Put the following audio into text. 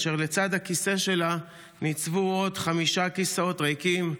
ולצד הכיסא שלה ניצבו עוד חמישה כיסאות ריקים,